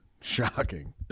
Shocking